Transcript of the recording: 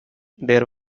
there